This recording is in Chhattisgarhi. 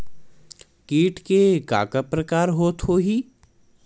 कीट के का का प्रकार हो होही?